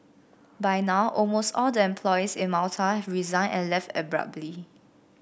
by now almost all the employees in Malta have resigned and left abruptly